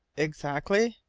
exactly?